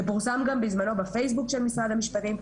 זה פורסם גם בזמנו בפייסבוק של משרד המשפטים,